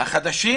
החדשים